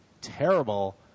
terrible